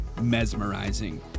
mesmerizing